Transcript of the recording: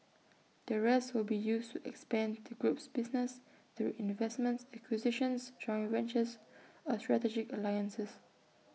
the rest will be used to expand the group's business through investments acquisitions joint ventures or strategic alliances